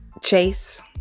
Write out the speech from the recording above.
chase